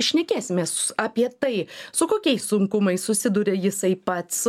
šnekėsimės apie tai su kokiais sunkumais susiduria jisai pats